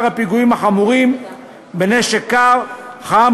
הפיגועים החמורים בנשק קר ובנשק חם,